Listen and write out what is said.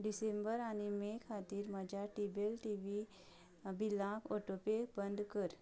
डिसेंबर आनी मे खातीर म्हज्या केबल टीव्ही बिलाक ऑटोपे बंद कर